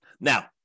Now